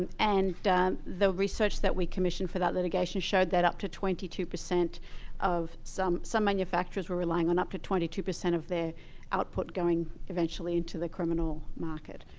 and the research that we commissioned for that litigation showed that up to twenty two percent of some some manufacturers were relying on up to twenty two percent of their output going eventually into the criminal market.